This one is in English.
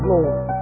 Lord